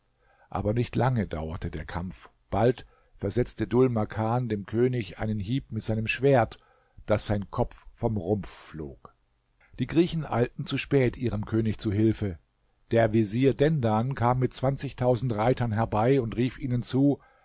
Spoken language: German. aber nicht lange dauerte der kampf bald versetzte dhul makan dem könig einen hieb mit seinem schwert daß sein kopf vom rumpf flog die griechen eilten zu spät ihrem könig zu hilfe der vezier dendan kam mit zwanzigtausend reitern herbei und rief ihnen zu